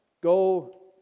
go